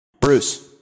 Bruce